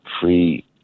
free